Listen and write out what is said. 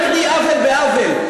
אל תתקני עוול בעוול.